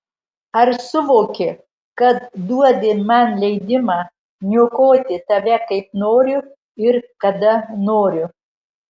ar suvoki kad duodi man leidimą niokoti tave kaip noriu ir kada noriu